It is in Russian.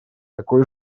такой